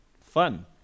fun